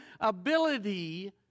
ability